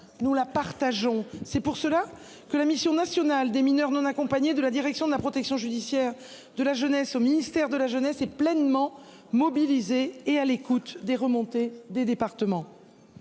nous la partageons. C'est pour cela que la mission nationale des mineurs non accompagnés de la direction de la protection judiciaire de la jeunesse au ministère de la Jeunesse et pleinement mobilisés et à l'écoute des remontées des départements.